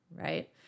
right